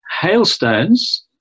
hailstones